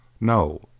No